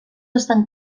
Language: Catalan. estan